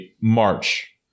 March